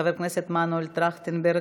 חבר הכנסת מנואל טרכטנברג,